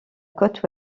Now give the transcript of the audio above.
côte